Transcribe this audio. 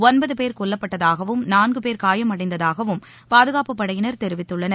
ஒன்பது பேர் கொல்லப்பட்டதாகவும் நான்குபேர் காயம் அடைந்ததாகவும் பாதுகாப்புப்படையினர் தெரிவித்துள்ளனர்